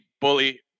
bully